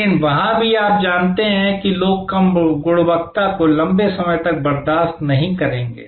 लेकिन वहां भी आप जानते हैं कि लोग कम गुणवत्ता को लंबे समय तक बर्दाश्त नहीं करेंगे